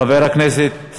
חבר הכנסת